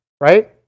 right